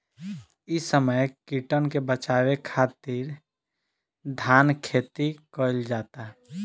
इ समय कीटन के बाचावे खातिर धान खेती कईल जाता